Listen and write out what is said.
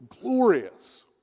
glorious